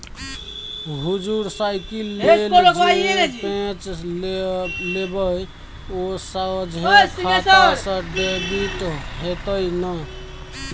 हुजुर साइकिल लेल जे पैंच लेबय ओ सोझे खाता सँ डेबिट हेतेय न